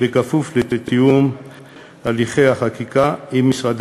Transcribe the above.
בכפוף לתיאום הליכי החקיקה עם משרדי